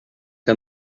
que